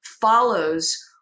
follows